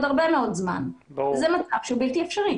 הרבה מאוד זמן וזה מצב שהוא בלתי אפשר.